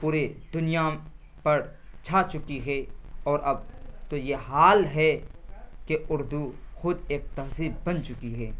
پورے دنیا پر چھا چکی ہے اور اب تو یہ حال ہے کہ اردو خود ایک تہذیب بن چکی ہے